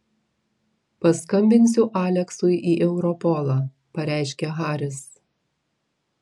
paskambinsiu aleksui į europolą pareiškė haris